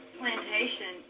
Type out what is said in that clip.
plantation